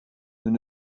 nous